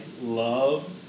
love